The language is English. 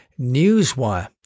newswire